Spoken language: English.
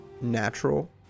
Natural